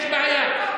יש בעיה.